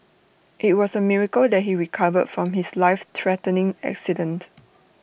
IT was A miracle that he recovered from his lifethreatening accident